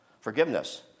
Forgiveness